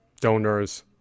donors